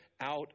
out